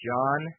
John